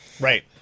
Right